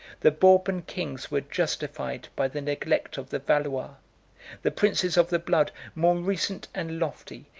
the bourbon kings were justified by the neglect of the valois the princes of the blood, more recent and lofty,